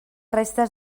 restes